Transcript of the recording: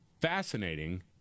fascinating